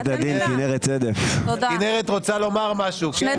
כנרת רוצה לומר משהו, כן?